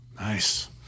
Nice